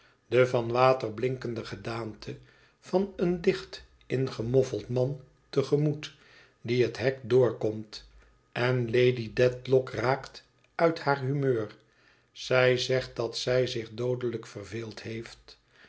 de van water blinkende gedaante van een dicht ingemofféld man te gemoet die het hek doorkomt en lady dedlock raakt uit haar humeur zij zegt dat zij zich doodelijk verveeld heeft